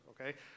okay